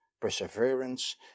perseverance